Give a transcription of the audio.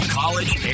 college